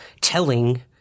telling